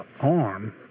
arm